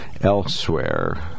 elsewhere